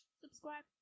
Subscribe